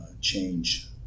change